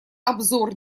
обзор